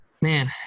man